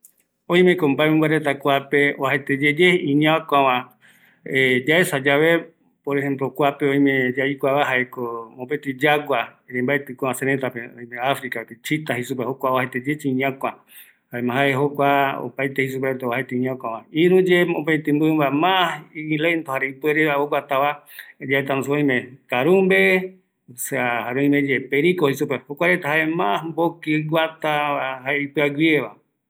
Oimeko mbaemɨmba reta oajaeteyeye iñakua va, yaesava jaeko yagua, mbaeti kua seretape, oime africape, chita jei supeva, oajaeteyeye iñakuava, opaete yaikua, iru mbɨmba iguata mbokiva, karumbe, oimeye periko jei supeva, jaereta ipɨaguieva